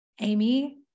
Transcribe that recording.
Amy